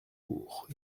cours